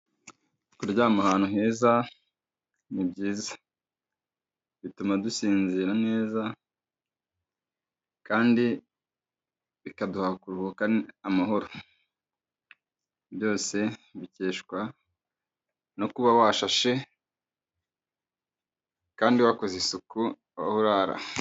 Kuryama ahantu heza ni byizayiza, bituma dusinzira neza kandi bikaduha kuruhuka amahoro, byose bikeshwa no kuba washashe kandi wakoze isuku aho urara.